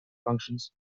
functions